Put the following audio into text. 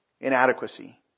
inadequacy